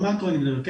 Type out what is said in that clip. במאקרו אני מדבר,